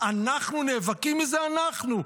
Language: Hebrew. אנחנו נאבקים, מי זה אנחנו?